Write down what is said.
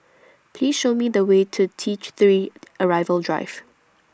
Please Show Me The Way to T three Arrival Drive